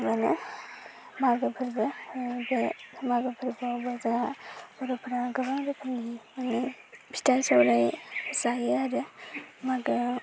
एबारना मागो फोरबो बे मोगो फोरबोआवबो जोंहा बर'फ्रा गोबां रोखोमनि माने फिथा सौराय जायो आरो मागोआव